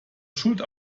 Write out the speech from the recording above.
schuld